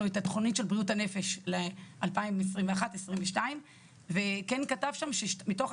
את התכנית של בריאות הנפש ל-2021-2022 וכן כתב שם שמתוך